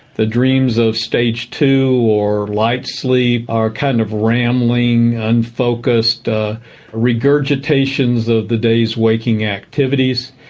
the dreams of stage two or light sleep are kind of rambling, unfocused regurgitations of the day's waking activities.